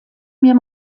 mir